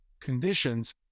conditions